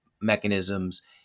mechanisms